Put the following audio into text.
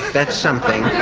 that's something.